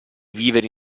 viveri